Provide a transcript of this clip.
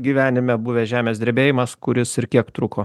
gyvenime buvęs žemės drebėjimas kuris ir kiek truko